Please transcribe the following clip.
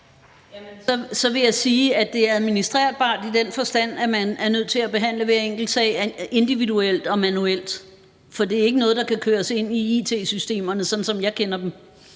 så vil jeg sige, at det er administrerbart i den forstand, at man er nødt til at behandle hver enkelt sag individuelt og manuelt, for det er ikke noget, der kan køres ind i it-systemerne, sådan som jeg kender dem.